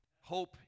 Hope